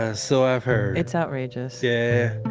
ah so i've heard it's outrageous yeah.